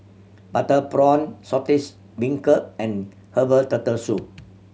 butter prawn Saltish Beancurd and herbal Turtle Soup